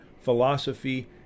philosophy